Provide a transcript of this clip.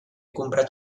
comprat